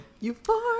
Euphoria